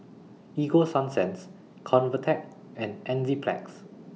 Ego Sunsense Convatec and Enzyplex